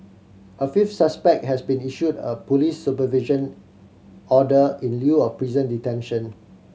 a fifth suspect has been issued a police supervision order in lieu of prison detention